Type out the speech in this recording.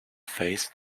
face